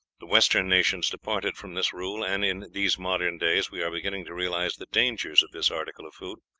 the western nations departed from this rule, and in these modern days we are beginning to realize the dangers of this article of food,